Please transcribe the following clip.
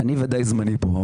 אני ודאי זמני פה.